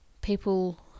people